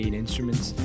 Instruments